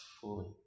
fully